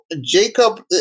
Jacob